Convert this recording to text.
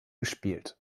gespielt